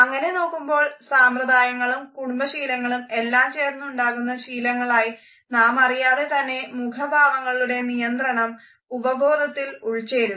അങ്ങനെ നോക്കുമ്പോൾ സമ്പ്രദായങ്ങളും കുടുംബ ശീലങ്ങളും എല്ലാം ചേർന്ന് ഉണ്ടാകുന്ന ശീലങ്ങളായി നാമറിയാതെതന്നെ മുഖഭാവങ്ങളുടെ നിയന്ത്രണം ഉപബോധത്തിൽ ഉൾച്ചേരുന്നു